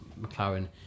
McLaren